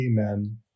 Amen